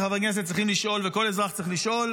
כחברי כנסת צריכים לשאול וכל אזרח צריך לשאול: